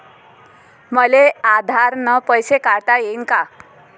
मले आधार न पैसे काढता येईन का?